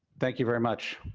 thank you very much.